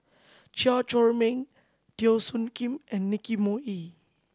Chew Chor Meng Teo Soon Kim and Nicky Moey